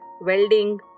welding